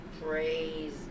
Praise